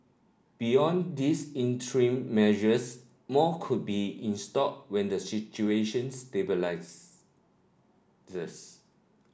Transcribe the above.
beyond these interim measures more could be in store when the situation